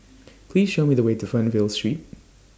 Please Show Me The Way to Fernvale Street